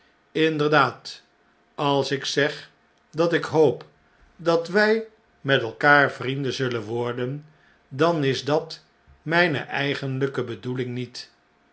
inderdaad als ik zcg dat ik hoop dat wij met elkaar vrienden zullen worden dan is dat mijne eigenlijke bedoeling niet